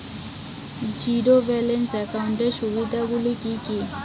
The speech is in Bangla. জীরো ব্যালান্স একাউন্টের সুবিধা গুলি কি কি?